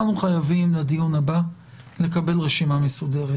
אנחנו חייבים לדיון הבא לקבל רשימה מסודרת.